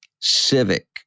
civic